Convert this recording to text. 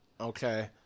Okay